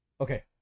Okay